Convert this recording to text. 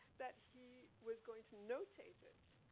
that he was going to notate it,